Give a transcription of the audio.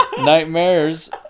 Nightmares